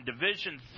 Division